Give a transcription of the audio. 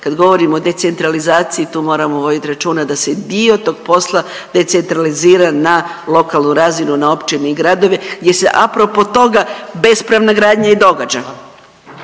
kad govorimo o decentralizaciji tu moramo voditi računa da se dio tog posla decentralizira na lokalnu razinu, na općine i gradove gdje se a propos toga bespravna gradnja i događa.